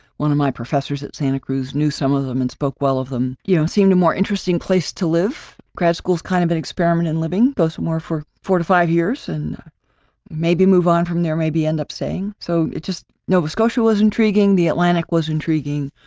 one of my professors at santa cruz knew some of and spoke well of them. you know, seemed a more interesting place to live. grad school is kind of an experiment and living close more for four to five years and maybe move on from there, maybe end up saying, so it just nova scotia was intriguing. the atlantic was intriguing.